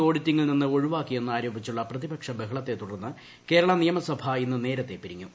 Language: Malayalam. ഓഡിറ്റിംഗിൽ നിന്ന് ഒഴിവാക്കിയെന്ന് ആരോപിച്ചുള്ള പ്രതിപക്ഷ ബഹളത്തെ തുടർന്ന് കേരള നിയമസഭ ഇന്ന് നേരത്തെ പിരിഞ്ഞു